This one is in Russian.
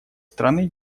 страны